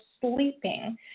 sleeping